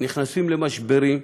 נכנסים למשברים,